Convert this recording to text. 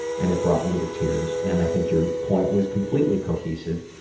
and it brought me to tears. and i think your point was completely cohesive,